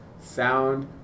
sound